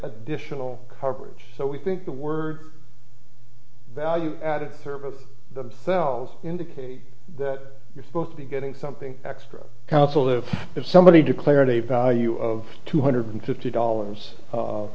additional coverage so we think the word value added services themselves indicate that you're supposed to be getting something extra council to have somebody declared a value of two hundred fifty dollars